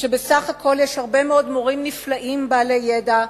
כשבסך הכול יש הרבה מאוד מורים נפלאים, בעלי ידע,